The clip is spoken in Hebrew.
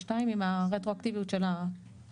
1.1.22 עם הרטרואקטיביות של העבר.